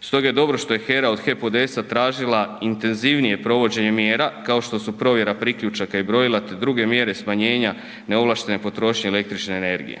stoga je dobro što je HERA od HEP ODS-a tražila intenzivnije provođenje mjera, kao što su provjera priključaka i brojila te druge mjere smanjenja neovlaštene potrošne električne energije.